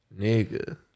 Nigga